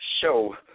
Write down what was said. show